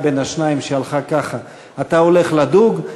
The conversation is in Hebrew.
בין שניים שהלכה ככה: אתה הולך לדוג?